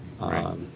right